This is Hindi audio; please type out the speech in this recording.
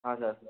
हाँ सर